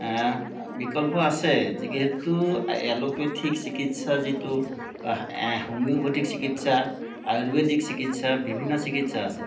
বিকল্প আছে যিহেতু এল'পেথিক চিকিৎসা যিটো হোমিওপেথিক চিকিৎসা আয়ুৰ্বেদিক চিকিৎসা বিভিন্ন চিকিৎসা আছে